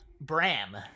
Bram